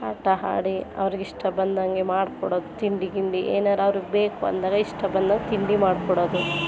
ಆಟ ಆಡಿ ಅವರಿಗಿಷ್ಟ ಬಂದಂತೆ ಮಾಡ್ಕೊಡೋದು ತಿಂಡಿ ಗಿಂಡಿ ಏನಾರು ಅವ್ರಿಗೆ ಬೇಕು ಅಂದಾಗ ಇಷ್ಟ ಬಂದಾಗ ತಿಂಡಿ ಮಾಡ್ಕೊಡೋದು